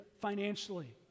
financially